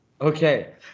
Okay